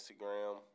Instagram